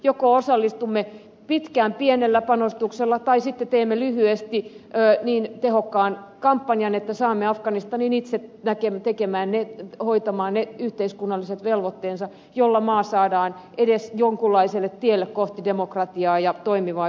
joko osallistumme pitkään pienellä panostuksella tai sitten teemme lyhyesti niin tehokkaan kampanjan että saamme afganistanin itse hoitamaan ne yhteiskunnalliset velvoitteensa joilla maa saadaan edes jonkunlaiselle tielle kohti demokratiaa ja toimivaa yhteiskuntaa